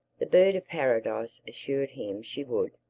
the bird-of-paradise assured him she would.